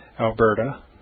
Alberta